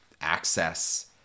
access